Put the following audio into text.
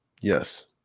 Yes